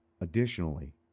Additionally